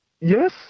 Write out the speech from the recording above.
yes